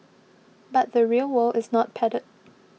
but the real world is not padded